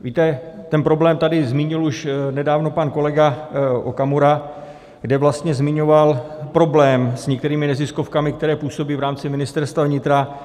Víte, ten problém tady zmínil už nedávno pan kolega Okamura, kde vlastně zmiňoval problém s některými neziskovkami, které působí v rámci Ministerstva vnitra.